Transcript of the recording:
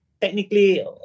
technically